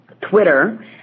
Twitter